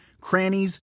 crannies